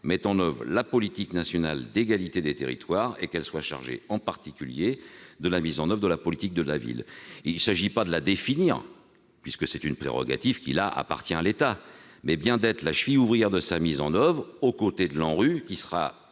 mette en oeuvre la politique nationale d'égalité des territoires et qu'elle soit chargée, en particulier, de la mise en oeuvre de la politique de la ville. Il ne s'agit pas de définir cette politique, puisque c'est une prérogative qui appartient à l'État, mais bien de s'assurer que l'ANCT soit la cheville ouvrière de sa mise en oeuvre aux côtés de l'ANRU, qui sera